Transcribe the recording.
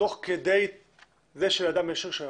תוך כדי זה שלאדם יש רישיון,